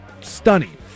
Stunning